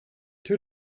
two